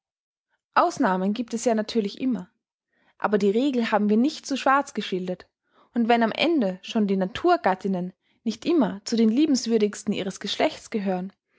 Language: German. ausnahmen gibt es ja natürlich immer aber die regel haben wir nicht zu schwarz geschildert und wenn am ende schon die naturgattinnen nicht immer zu den liebenswürdigsten ihres geschlechts gehören